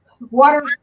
water